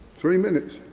three minutes?